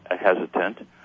hesitant